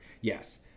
yes